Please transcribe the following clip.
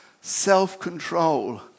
self-control